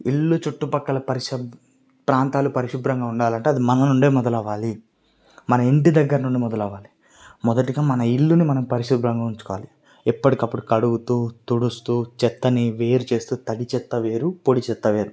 ఇల్లు చుట్టుపక్కల పరిషత్ ప్రాంతాలు పరిశుభ్రంగా ఉండాలంటే అది మన నుండే మొదలు అవ్వాలి మన ఇంటి దగ్గర నుండి మొదలవ్వాలి మొదటిగా మన ఇల్లుని మనం పరిశుభ్రంగా ఉంచుకోవాలి ఎప్పటికప్పుడు కడుగుతూ తుడుస్తూ చెత్తని వేరు చేస్తూ తడి చెత్త వేరు పొడి చెత్త వేరు